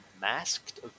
Masked